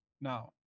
now